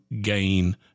gain